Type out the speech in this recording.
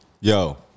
Yo